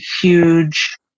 huge